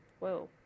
Whoa